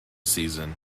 season